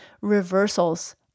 reversals